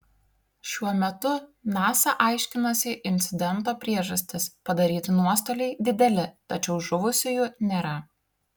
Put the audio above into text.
šiuo metu nasa aiškinasi incidento priežastis padaryti nuostoliai dideli tačiau žuvusiųjų nėra